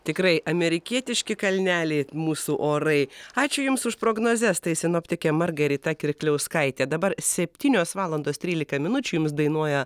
tikrai amerikietiški kalneliai mūsų orai ačiū jums už prognozes tai sinoptikė margarita kirkliauskaitė dabar septynios valandos trylika minučių jums dainuoja